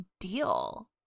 deal